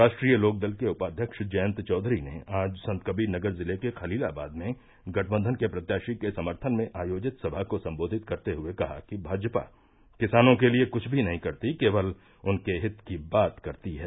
राष्ट्रीय लोकदल के उपाध्यक्ष जयंत चौधरी ने आज संतकबीरनगर जिले के खलीलाबाद में गठबंधन के प्रत्याशी के सम्थन में आयोजित सभा को सम्बोधित करते हुये कहा कि भाजपा किसानों के लिये कुछ भी नही करती केवल उनके हित की बात करती है